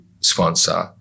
sponsor